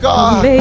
God